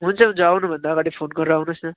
हुन्छ हुन्छ आउनुभन्दा अगाडि फोन गरेर आउनुहोस् न